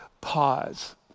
pause